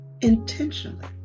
intentionally